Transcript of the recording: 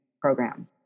program